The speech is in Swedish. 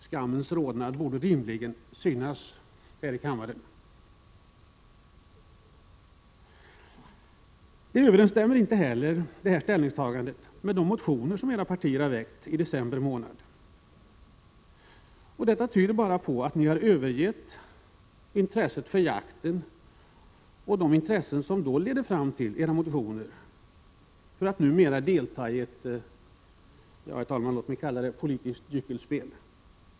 Skammens rodnad borde rimligen synas här i kammaren. Detta ställningstagande överensstämmer inte heller med de motioner som era partier väckte i december månad. Det tyder på att ni har övergett intresset för jakten och de intressen som då ledde fram till era motioner, för att numera delta i ett låt mig kalla det politiskt gyckelspel.